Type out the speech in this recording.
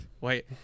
wait